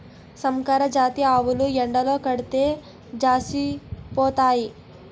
సంకరజాతి ఆవులు ఎండలో కడితే జాపోసిపోతాయి